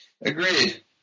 Agreed